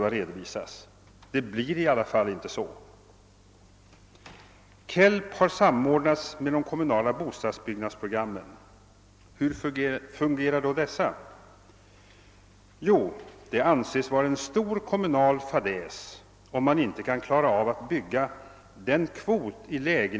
Jag tror också att det är bra att kommunerna ger statsmakterna ett samlat begrepp om sina anspråk, men däremot kan jag inte förstå varför detta måste ske genom en likriktning av alla ekonomiska handlingsprogram och med en detaljredovisning.